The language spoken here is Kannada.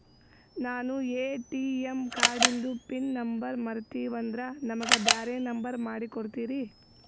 ನಾನು ಎ.ಟಿ.ಎಂ ಕಾರ್ಡಿಂದು ಪಿನ್ ನಂಬರ್ ಮರತೀವಂದ್ರ ನಮಗ ಬ್ಯಾರೆ ನಂಬರ್ ಮಾಡಿ ಕೊಡ್ತೀರಿ?